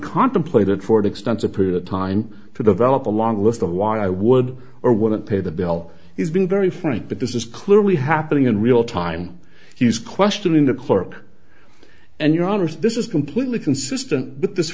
contemplated for extensive period of time to develop a long list of why i would or wouldn't pay the bill has been very frank but this is clearly happening in real time he is questioning the clerk and your honour's this is completely consistent